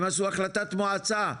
והם עשו החלטת מועצה,